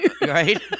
Right